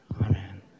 Amen